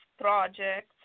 projects